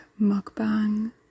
mukbang